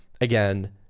again